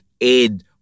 aid